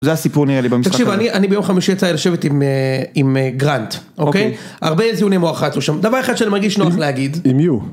זה הסיפור נראה לי במשחק אני אני ביום חמישי יצא לי לשבת עם גרנט הרבה זיוני מוח רצו שם דבר אחד שאני מרגיש נוח להגיד.